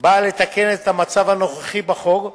באה לתקן את המצב הנוכחי בחוק,